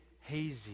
hazy